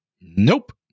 Nope